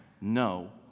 no